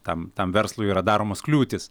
tam tam verslui yra daromos kliūtys